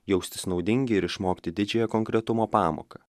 jaustis naudingi ir išmokti didžiąją konkretumo pamoką